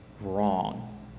wrong